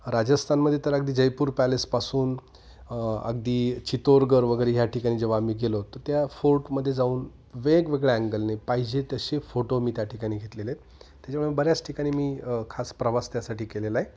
राजस्थानमध्ये तर अगदी जयपूर पॅलेसपासून अगदी चितोरगड वगैरे ह्या ठिकाणी जेव्हा आम्ही गेलो तर त्या फोर्टमध्ये जाऊन वेगवेगळ्या अँगलने पाहिजे तसे फोटो मी त्या ठिकाणी घेतलेले आहेत त्याच्यामुळे बऱ्याच ठिकाणी मी खास प्रवास त्यासाठी केलेला आहे